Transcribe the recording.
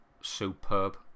superb